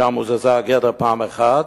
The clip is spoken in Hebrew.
שם הוזזה גדר פעם אחת,